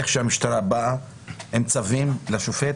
איך שהמשטרה באה עם צווים לשופט,